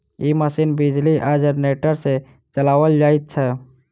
ई machine बिजली आ generator सॅ चलाओल जाइत छै